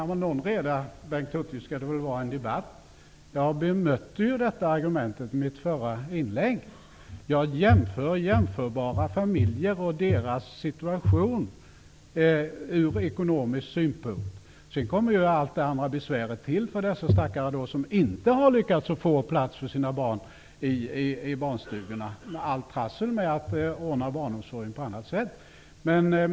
Herr talman! Någon reda skall det väl vara i en debatt, Bengt Hurtig! Jag bemötte detta argument i mitt förra inlägg. Jag jämför jämförbara familjer och deras situation ur ekonomisk synpunkt. Sedan tillkommer alla andra besvär för de stackare som inte har lyckats att få plats för sina barn på barnstugorna och allt trassel med att försöka ordna barnomsorgen på annat sätt.